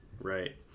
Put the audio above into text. right